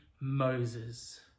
Moses